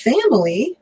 Family